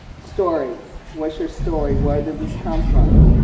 stories. what's your story? where did this come from?